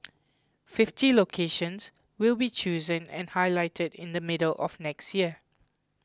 fifty locations will be chosen and highlighted in the middle of next year